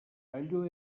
allò